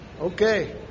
Okay